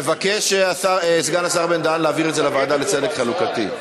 מבקש סגן השר בן-דהן להעביר את זה לוועדה לצדק חלוקתי.